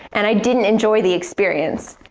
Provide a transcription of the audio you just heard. and i didn't enjoy the experience!